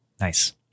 Nice